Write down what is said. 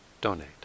donate